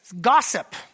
gossip